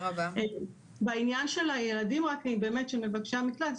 בעניין של הילדים של מבקשי המקלט,